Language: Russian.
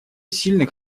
сильных